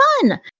fun